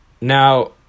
Now